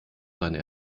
seine